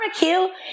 barbecue